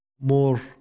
more